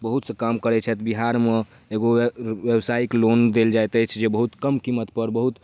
बहुत सा काम करै छथि बिहारमे एगो व्यावसायिक लोन देल जाइत अछि जे बहुत कम कीमत पर बहुत